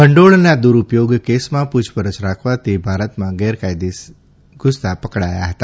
ભંડોળનાં દુરૂપયોગ કેસમાં પૂછપરછ રાખવા તે ભારતમાં ગેરકાયદે ધુસતા પકડાયા હતા